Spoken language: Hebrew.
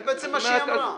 זה בעצם מה שהיא אמרה.